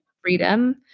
freedom